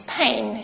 pain